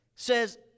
says